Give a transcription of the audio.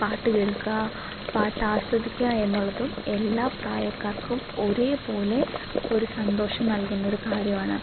പാട്ട് കേൾക്കുക പാട്ടാസ്വദിക്കുക എന്നുള്ളതും എല്ലാ പ്രായക്കാർക്കും ഒരേപോലെ ഒരു സന്തോഷം നൽകുന്നൊരു കാര്യമാണ്